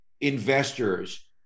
investors